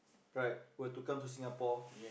right were to come to Singapore